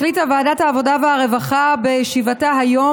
החליטה ועדת העבודה והרווחה בישיבתה היום